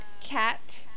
Cat